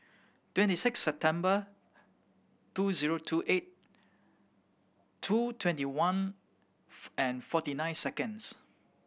twenty six September two zero two eight two twenty one and forty nine seconds